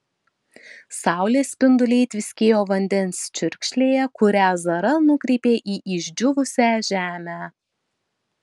saulės spinduliai tviskėjo vandens čiurkšlėje kurią zara nukreipė į išdžiūvusią žemę